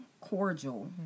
cordial